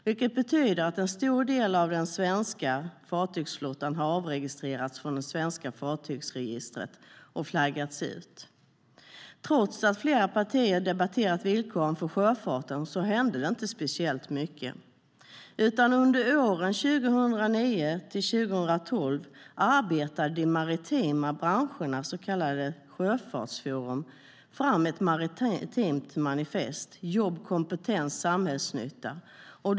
Det betyder att en stor andel av den svenska fartygsflottan har avregistrerats från det svenska fartygsregistret och flaggats ut..